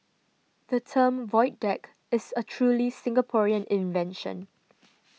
the term void deck is a truly Singaporean invention